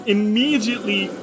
Immediately